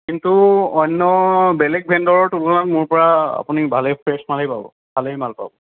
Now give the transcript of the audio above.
কিন্তু অন্য় বেলেগ ভেণ্ডাৰৰ তুলনাত মোৰপৰা আপুনি ভালেই ফ্ৰেচ মালেই পাব ভালেই মাল পাব